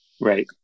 Right